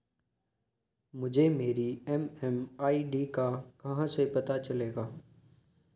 मुझे मेरी एम.एम.आई.डी का कहाँ से पता चलेगा?